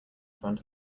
front